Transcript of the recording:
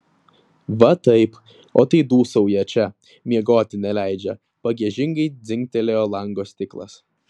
va taip o tai dūsauja čia miegoti neleidžia pagiežingai dzingtelėjo lango stiklas